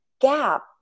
gap